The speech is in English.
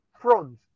front